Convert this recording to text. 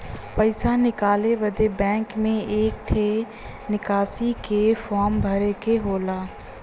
पइसा निकाले बदे बैंक मे एक ठे निकासी के फारम भरे के होला